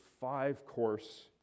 five-course